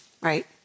Right